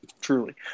truly